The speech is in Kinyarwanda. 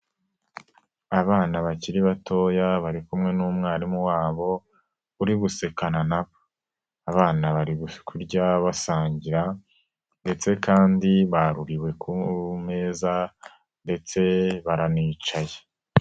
Abana bakiri batoya bari kumwe n'umwarimu wabo uri gusekana nabo. Abana bari kurya basangira ndetse kandi baruriwe ku meza ndetse baranicaye.